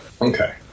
Okay